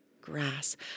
grass